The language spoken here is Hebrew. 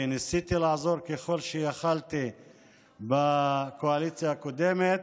וניסיתי לעזור ככל שיכולתי בקואליציה הקודמת.